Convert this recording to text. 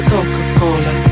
Coca-Cola